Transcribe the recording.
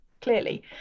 clearly